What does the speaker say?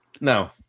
No